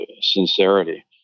sincerity